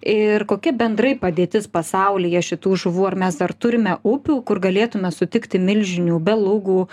ir kokia bendrai padėtis pasaulyje šitų žuvų ar mes dar turime upių kur galėtume sutikti milžinių belugų